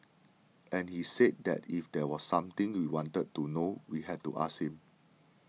and he said that if there was something we wanted to know we had to ask him